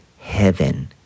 heaven